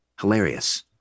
Hilarious